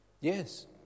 Yes